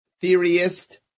theorist